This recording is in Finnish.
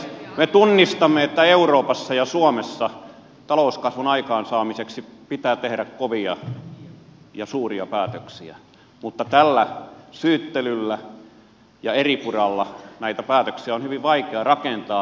me tunnistamme että euroopassa ja suomessa talouskasvun aikaansaamiseksi pitää tehdä kovia ja suuria päätöksiä mutta tällä syyttelyllä ja eripuralla näitä päätöksiä on hyvin vaikea rakentaa